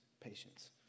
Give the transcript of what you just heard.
patience